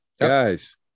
guys